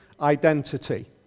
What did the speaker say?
Identity